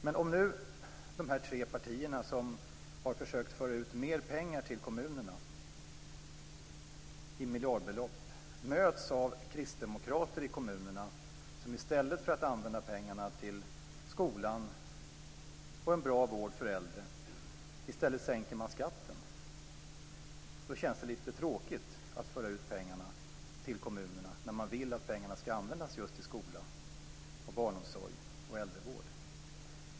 Men om nu de tre partier som har försökt att föra ut mera pengar till kommunerna - miljardbelopp - möts av kristdemokrater i kommunerna som i stället för att använda pengarna till skolan och till en bra vård för äldre sänker skatten, känns det lite tråkigt att föra ut pengarna till kommunerna när man vill att pengarna skall användas just till skola, barnomsorg och äldrevård.